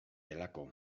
delako